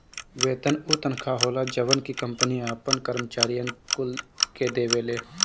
वेतन उ तनखा होला जवन की कंपनी आपन करम्चारिअन कुल के देवेले